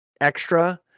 extra